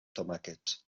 tomàquets